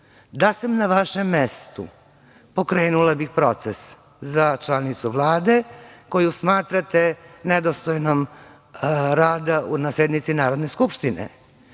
da sam na vašem mestu, pokrenula bih proces za članicu Vlade koju smatrate nedostojnom rada na sednici Narodne skupštine. Kada